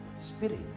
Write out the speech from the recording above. Spirit